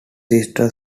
sister